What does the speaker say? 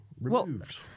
Removed